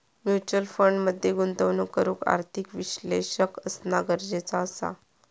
mutual fund मध्ये गुंतवणूक करूक आर्थिक विश्लेषक असना गरजेचा असा